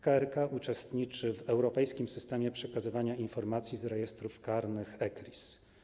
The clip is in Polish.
KRK uczestniczy w europejskim systemie przekazywania informacji z rejestrów karnych, ECRIS.